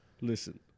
Listen